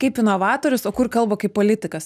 kaip inovatorius o kur kalba kaip politikas